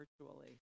virtually